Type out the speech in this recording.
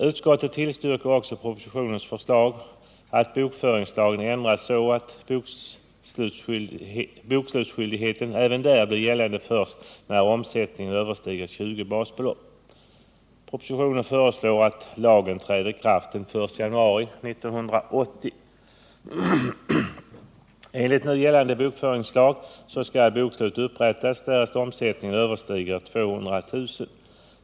Utskottet tillstyrker också propositionens förslag att bokföringslagen ändras så att bokslutsskyldigheten även där blir gällande först när omsättningen överstiger 20 basbelopp. Propositionen föreslår att lagen träder i kraft den 1 januari 1980. Enligt nu gällande bokföringslag skall bokslut upprättas därest omsättningen överstiger 200 000.